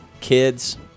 kids